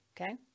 Okay